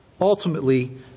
ultimately